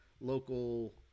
local